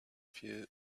few